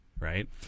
right